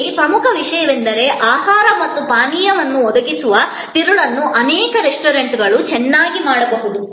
ಇಲ್ಲಿ ಪ್ರಮುಖ ವಿಷಯವೆಂದರೆ ಆಹಾರ ಮತ್ತು ಪಾನೀಯವನ್ನು ಒದಗಿಸುವ ತಿರುಳನ್ನು ಅನೇಕ ರೆಸ್ಟೋರೆಂಟ್ಗಳು ಚೆನ್ನಾಗಿ ಮಾಡಬಹುದು